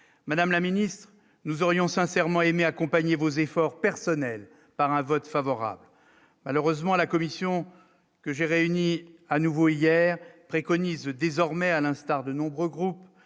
Madame la Ministre, nous aurions sincèrement aimé accompagner vos efforts personnels par un vote favorable, malheureusement, à la commission que j'ai réuni à nouveau hier préconise désormais, à l'instar de nombreux groupes